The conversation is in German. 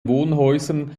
wohnhäusern